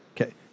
Okay